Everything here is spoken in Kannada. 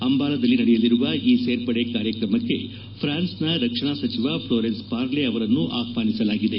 ಅಂಬಾಲದಲ್ಲಿ ನಡೆಯಲಿರುವ ಈ ಸೇರ್ಪಡೆ ಕಾರ್ಯಕ್ರಮಕ್ಕೆ ಪ್ರಾನ್ಸ್ನ ರಕ್ಷಣಾ ಸಚಿವ ಫ್ಲೋರೆನ್ಸ್ ಪಾರ್ಲೆ ಅವರನ್ನು ಆಹ್ವಾನಿಸಲಾಗಿದೆ